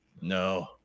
No